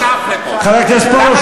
חבר הכנסת פרוש,